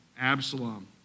Absalom